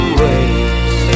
ways